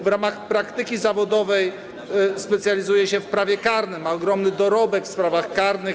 W ramach praktyki zawodowej specjalizuje się w prawie karnym, ma ogromny dorobek w sprawach karnych.